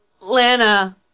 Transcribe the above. Lana